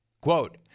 Quote